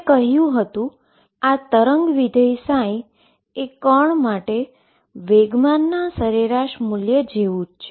આપણે કહ્યું હતું કે આ વેવ ફંક્શન એ પાર્ટીકલ માટે મોમેન્ટમના એવરેજ વેલ્યુ જેવું જ છે